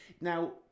Now